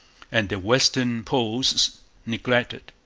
and the western posts neglected.